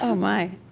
ah my.